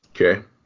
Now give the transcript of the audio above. Okay